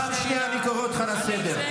פעם ראשונה אני קורא אותך לסדר.